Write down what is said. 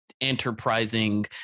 enterprising